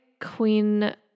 Queen